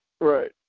Right